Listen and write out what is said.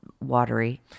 watery